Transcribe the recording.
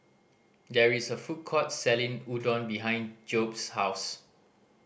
there is a food court selling Udon behind Jobe's house